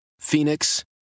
Phoenix